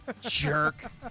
Jerk